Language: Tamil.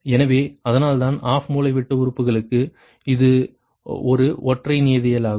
எனவே அதனால்தான் ஆஃப் மூலைவிட்ட உறுப்புகளுக்கு இது ஒரு ஒற்றைச் நியதிலாகும்